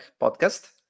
podcast